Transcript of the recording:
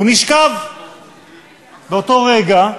הוא נשכב באותו רגע.